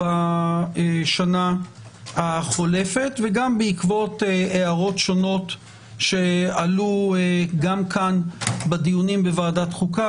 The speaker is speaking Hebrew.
בשנה החולפת וגם בעקבות הערות שונות שעלו גם בדיוני ועדת חוקה